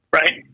right